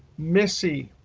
missy,